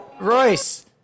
Royce